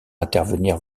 intervenir